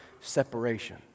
separation